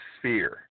sphere